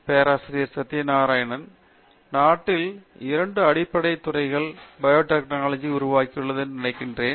பேராசிரியர் சத்யநாராயணன் என் கும்மாடி நாட்டில் 2 அடிப்படை துறைகளில் பயோடெக்னாலஜி உருவாகியுள்ளது என நான் நினைக்கிறேன்